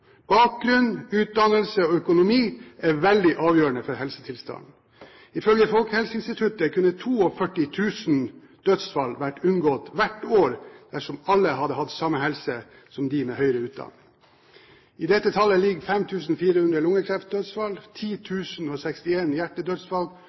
Bakgrunn, utdannelse og økonomi er veldig avgjørende for helsetilstanden. Ifølge Folkehelseinstituttet kunne 42 000 dødsfall vært unngått hvert år dersom alle hadde hatt samme helse som de med høyere utdanning. I dette tallet ligger